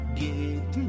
get